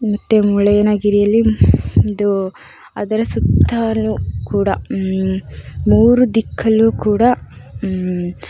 ಮತ್ತೆ ಮುಳ್ಳಯ್ಯನಗಿರಿಯಲ್ಲಿ ಇದು ಅದರ ಸುತ್ತಲೂ ಕೂಡ ಮೂರು ದಿಕ್ಕಲ್ಲೂ ಕೂಡ